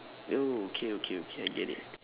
oh okay okay okay I get it